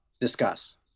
Discuss